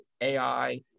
AI